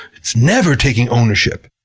it's never taking ownership.